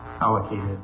allocated